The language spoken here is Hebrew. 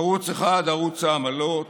ערוץ אחד, ערוץ העמלות.